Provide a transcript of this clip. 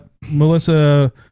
Melissa